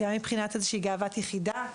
גם מבחינת גאוות יחידה.